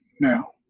now